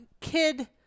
kid